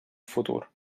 futur